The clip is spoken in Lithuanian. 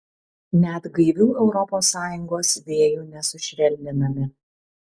net gaivių europos sąjungos vėjų nesušvelninami